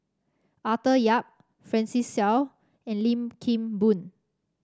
Arthur Yap Francis Seow and Lim Kim Boon